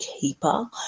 keeper